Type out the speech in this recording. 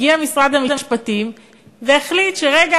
הגיע משרד המשפטים והחליט שרגע,